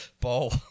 ball